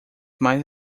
mais